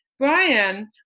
Brian